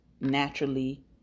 naturally